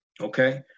Okay